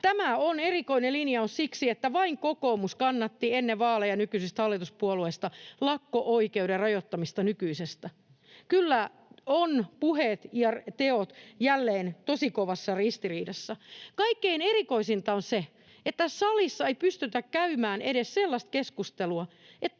Tämä on erikoinen linjaus siksi, että nykyisistä hallituspuolueista vain kokoomus kannatti ennen vaaleja lakko-oikeuden rajoittamista nykyisestä. Kyllä ovat puheet ja teot jälleen tosi kovassa ristiriidassa. Kaikkein erikoisinta on se, että tässä salissa ei pystytä käymään edes sellaista keskustelua, että